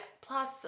Plus